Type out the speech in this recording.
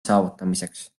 saavutamiseks